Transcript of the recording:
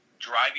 driving